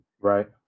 Right